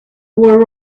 were